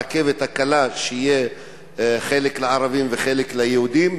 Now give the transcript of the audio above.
הרכבת הקלה שתהיה חלק לערבים וחלק ליהודים.